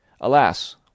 Alas